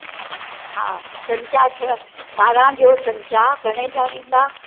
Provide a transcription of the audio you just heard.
हा चमिचा छह बारहां ॾियो चमिचा घणे जा ॾींदा